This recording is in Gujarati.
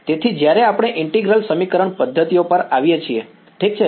તેથી જ્યારે આપણે ઈન્ટીગ્રલ સમીકરણ પદ્ધતિઓ પર આવીએ છીએ ઠીક છે